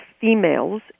females